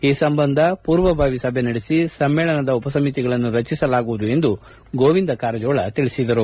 ಈ ಸಂಬಂಧ ಇಂದು ಪೂರ್ವಭಾವಿ ಸಭೆ ನಡೆಸಿ ಸಮ್ಮೇಳನದ ಉಪಸಮಿತಿಗಳನ್ನು ರಚಿಸಲಾಗುವುದು ಎಂದು ಗೋವಿಂದ ಕಾರಜೋಳ ತಿಳಿಸಿದರು